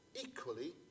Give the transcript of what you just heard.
equally